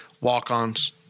walk-ons